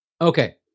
okay